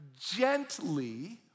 gently